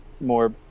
more